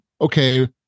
okay